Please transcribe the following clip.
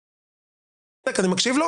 אני מקשיב.